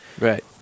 Right